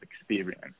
experience